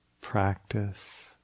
practice